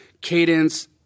cadence